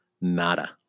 nada